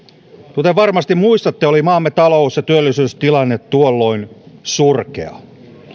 kuten varmasti muistatte oli maamme talous ja työllisyystilanne tuolloin surkea